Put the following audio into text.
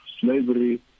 slavery